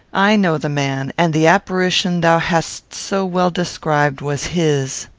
i know the man, and the apparition thou hast so well described was his.